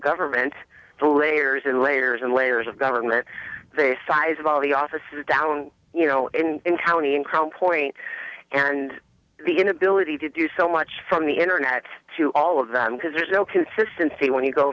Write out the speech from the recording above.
government through layers and layers and layers of government very size of all the officers down you know in county in crown point and the inability to do so much from the internet to all of them because there's no consistency when you go